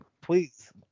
please